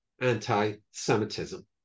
anti-Semitism